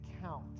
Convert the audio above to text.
count